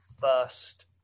first